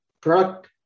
product